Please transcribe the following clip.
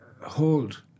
hold